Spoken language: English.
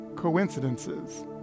coincidences